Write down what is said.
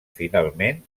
finalment